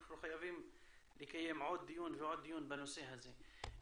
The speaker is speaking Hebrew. אנחנו חייבים לקיים עוד דיון ועוד דיון בנושא הזה.